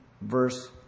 verse